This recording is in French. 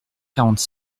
quarante